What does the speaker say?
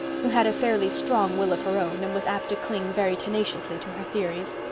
who had a fairly strong will of her own and was apt to cling very tenaciously to her theories.